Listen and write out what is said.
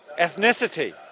ethnicity